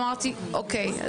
אמרתי אוקיי,